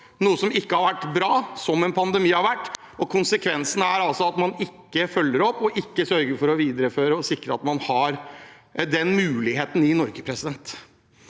noe som ikke har vært bra, som en pandemi. Konse kvensen er altså at man ikke følger opp og ikke sørger for å videreføre og sikre at man har den muligheten i Norge. Det